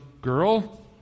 Girl